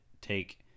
take